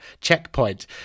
checkpoint